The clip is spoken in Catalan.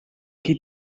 qui